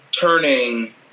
turning